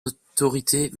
autorités